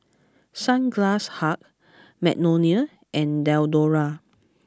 Sunglass Hut Magnolia and Diadora